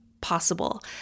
possible